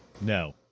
No